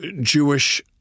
Jewish